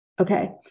Okay